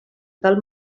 del